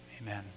amen